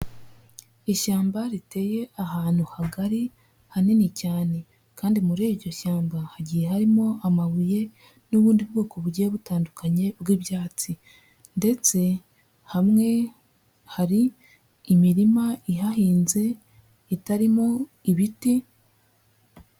Ishyamba riteye ahantu hagari hanini cyane kandi muri iryo shyamba hagiye harimo amabuye n'ubundi bwoko bugiye butandukanye bw'ibyatsi, ndetse hamwe hari imirima ihahinze itarimo ibiti.